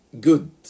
good